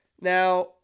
Now